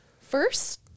first